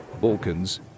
Balkans